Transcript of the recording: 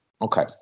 Okay